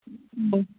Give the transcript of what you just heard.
ꯑꯣ